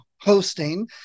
hosting